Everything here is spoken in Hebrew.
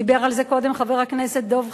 דיבר על זה קודם חבר הכנסת דב חנין,